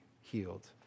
healed